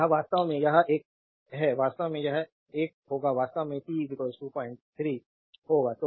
तो यह वास्तव में यह एक है वास्तव में यह एक होगा वास्तव में t 03 हुह होगा